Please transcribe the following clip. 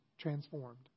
transformed